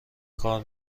کار